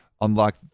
unlock